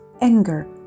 anger